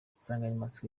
insanganyamatsiko